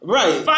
right